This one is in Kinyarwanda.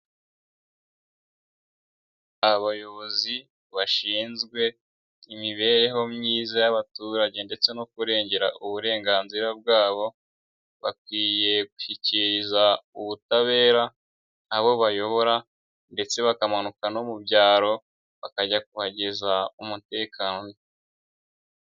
Abayobozi bashinzwe imibereho myiza y'abaturage ndetse no kurengera uburenganzira bwabo, bakwiye gushyikiriza ubutabera abo bayobora, ndetse bakamanuka no mu byaro bakajya kuhageza umutekano.